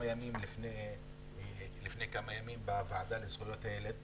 לפני כמה ימים בוועדה לזכויות הילד.